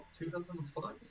2005